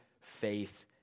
faith